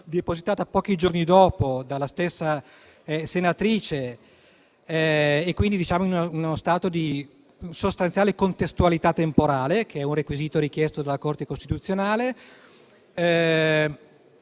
depositata pochi giorni dopo dalla stessa senatrice e quindi in uno stato di sostanziale contestualità temporale che è un requisito richiesto dalla Corte costituzionale.